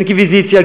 אינקוויזיציה,